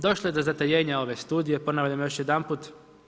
Došlo je do zatajenja ove studije, ponavljam još jedanput.